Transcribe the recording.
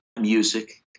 music